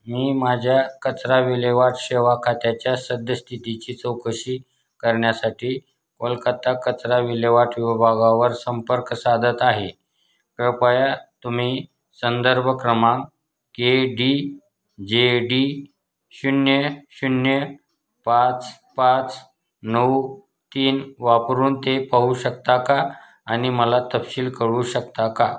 मी माझ्या कचरा विल्हेवाट सेवा खात्याच्या सद्यस्थितीची चौकशी करण्यासाठी कोलकत्ता कचरा विल्हेवाट विभागावर संपर्क साधत आहे कृपया तुम्ही संदर्भ क्रमांक के डी जे डी शून्य शून्य पाच पाच नऊ तीन वापरून ते पाहू शकता का आणि मला तपशील कळवू शकता का